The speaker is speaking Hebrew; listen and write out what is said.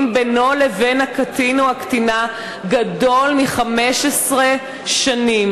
בינו לבין הקטין או הקטינה גדול מ-15 שנים.